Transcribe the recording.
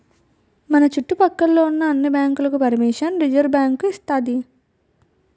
మన చుట్టు పక్క లో ఉన్న అన్ని బ్యాంకులకు పరిమిషన్ రిజర్వుబ్యాంకు ఇస్తాది